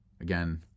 Again